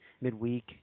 midweek